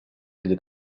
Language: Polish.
gdy